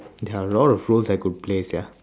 there are a lot of roles that I could play sia